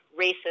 racist